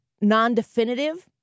non-definitive